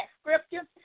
scripture